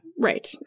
right